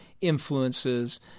influences